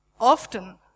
often